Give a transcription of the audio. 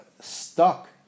stuck